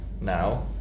Now